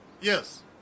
Yes